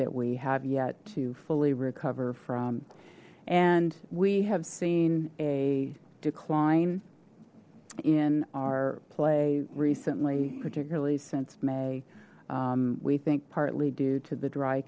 that we have yet to fully recover from and we have seen a decline in our play recently particularly since may we think partly due to the dry